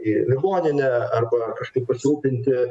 į ligoninę arba kažkaip pasirūpinti